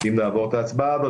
אם נעבור את ההצבעה הזאת,